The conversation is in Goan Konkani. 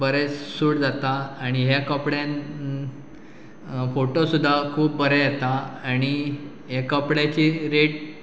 बरें सूट जाता आनी हे कपड्यान फोटो सुद्दा खूब बर येता आनी हे कपड्याची रेट